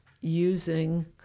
using